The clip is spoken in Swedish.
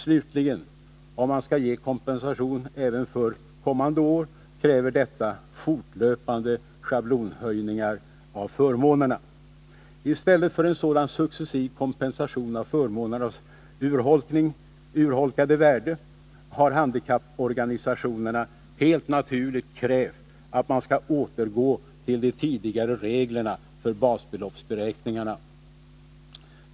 Slutligen: Om man skall ge kompensation även för kommande år, kräver detta fortlöpande schablonhöjningar av förmånerna. I stället för en sådan successiv kompensation av förmånernas urholkade värde har handikapporganisationerna helt naturligt krävt att man skall återgå till de tidigare reglerna för basbeloppsberäkningen.